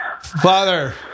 Father